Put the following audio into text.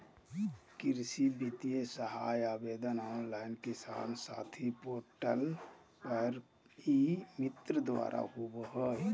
कृषि वित्तीय सहायता आवेदन ऑनलाइन किसान साथी पोर्टल पर ई मित्र द्वारा होबा हइ